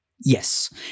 Yes